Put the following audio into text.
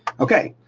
okay,